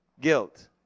Guilt